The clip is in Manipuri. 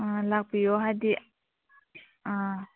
ꯑꯥ ꯂꯥꯛꯄꯤꯌꯣ ꯍꯥꯏꯗꯤ ꯑꯥ